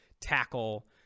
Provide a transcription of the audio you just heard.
tackle